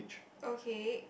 okay